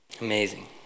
Amazing